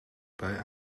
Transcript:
bij